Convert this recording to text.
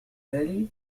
آلي